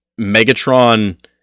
megatron